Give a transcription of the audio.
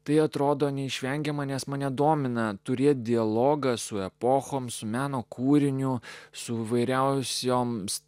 tai atrodo neišvengiama nes mane domina turėti dialogą su epochoms meno kūriniu su įvairiausioms